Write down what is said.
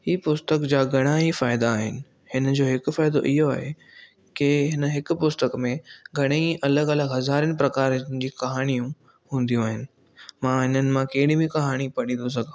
ई पुस्तक जा घणाईं फ़ाइदा आहिनि हिनजो हिकु फ़ाइदो इहो आहे की हिन हिक पुस्तक में घणाईं अलॻि अलॻि हज़ारनि प्रकारनि जी कहाणियूं हूदियूं आहिनि मां हिननि मां कहिड़ी बि कहाणी पढ़ी थो सघां